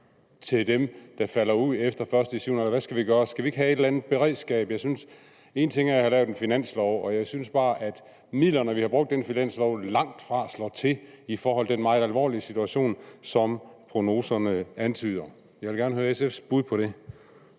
til dem, der falder ud efter den 1.7., eller hvad skal vi gøre? Skal vi ikke have et eller andet beredskab? Én ting er, at der er lavet en finanslov, en anden ting er, at jeg synes, at midlerne, vi har brugt i den finanslov, langtfra slår til i den meget alvorlige situation, som prognoserne antyder der er. Jeg vil gerne høre SF's bud på det.